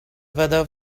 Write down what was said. weather